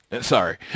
Sorry